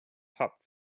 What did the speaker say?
top